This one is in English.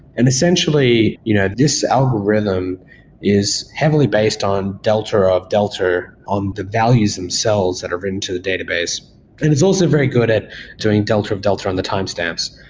and essentially, you know this algorithm is heavily based on delta of delta on the values themselves that are written to the database and it's also very good at doing delta of delta on the time stamps.